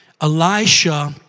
Elisha